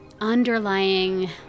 underlying